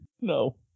No